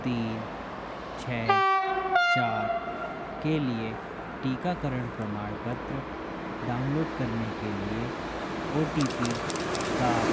तीन छः चार के लिए टीकाकरण प्रमाणपत्र डाउनलोड करने के लिए ओ टी पी सात